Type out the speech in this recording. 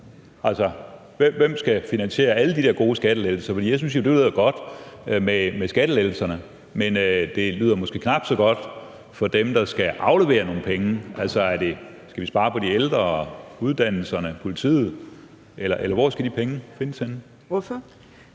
Hvem skal finansiere alle de der gode skattelettelser? For jeg synes jo, at det lyder godt med skattelettelserne, men det lyder måske knap så godt for dem, der skal aflevere nogle penge. Altså, skal vi spare på de ældre, uddannelserne, politiet, eller hvor skal de penge findes henne? Kl.